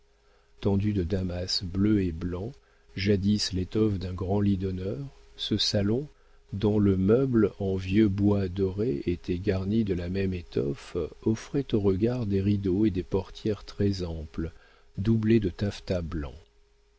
tendu de damas bleu et blanc jadis l'étoffe d'un grand lit d'honneur ce salon dont le meuble en vieux bois doré était garni de la même étoffe offrait au regard des rideaux et des portières très amples doublées de taffetas blanc